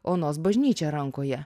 onos bažnyčią rankoje